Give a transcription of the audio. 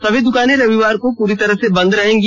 सभी दुकानें रविवार को पूरी तरह से बन्द रहेंगी